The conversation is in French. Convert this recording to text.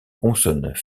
consonne